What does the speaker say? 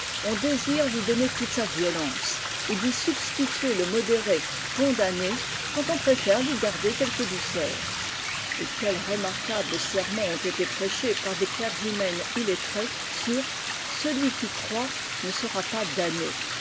on désire lui donner toute sa violence et d'y substituer le modéré condamner quand on préfère lui garder quelque douceur et quels remarquables sermons ont été prêches par des clergymen illettrés sur celui qui croit ne sera pas damné